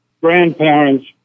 grandparents